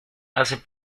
hace